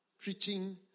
preaching